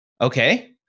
Okay